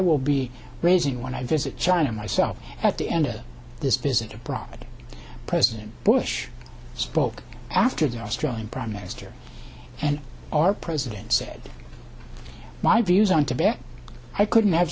will be raising when i visit china myself at the end of this visit or brought president bush spoke after the australian prime minister and our president said my views on tibet i couldn't have